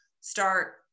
start